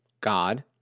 God